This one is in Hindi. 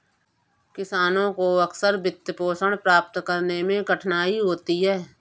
किसानों को अक्सर वित्तपोषण प्राप्त करने में कठिनाई होती है